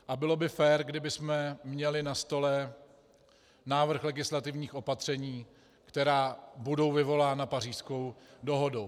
A bylo by fér, kdybychom měli na stole návrh legislativních opatření, která budou vyvolána Pařížskou dohodou.